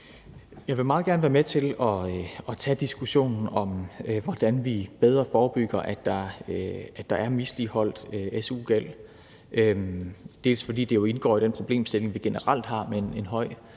Jeg vil meget gerne være med til at tage diskussionen om, hvordan vi bedre forebygger, at der er misligholdt su-gæld. Det indgår jo i den problemstilling, vi generelt har, med en høj